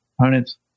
opponents